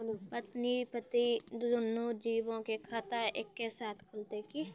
पति पत्नी दुनहु जीबो के खाता एक्के साथै खुलते की?